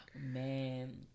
Man